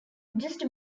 just